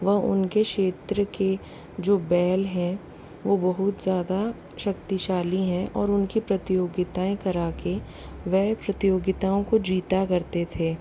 व उनके क्षेत्र के जो बैल हैं वो बहुत ज़्यादा शक्तिशाली हैं और उनकी प्रतियोगिताएँ करा कर वह प्रतियोगिताओँ को जीता करते थे